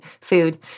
food